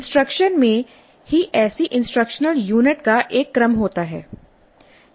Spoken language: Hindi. इंस्ट्रक्शन में ही ऐसी इंस्ट्रक्शनल यूनिट का एक क्रम होता है